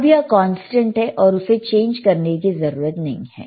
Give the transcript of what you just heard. अब यह कांस्टेंट है और उसे चेंज करने की जरूरत नहीं है